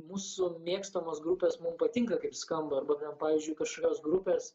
mūsų mėgstamos grupės mum patinka kaip skamba arba gal pavyzdžiui kažkokios grupės